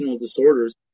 disorders